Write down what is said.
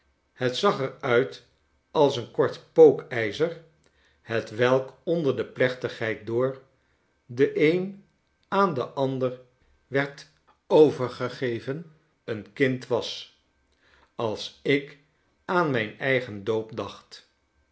het zag er uit als een kort pookijzer hetwelk onder de plechtigheid door den een aan den ander werd overgegeven een kind was als ik aan mijn eigen doop dacht